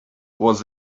was